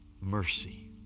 Mercy